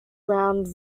rounded